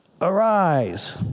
arise